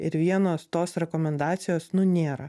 ir vienos tos rekomendacijos nu nėra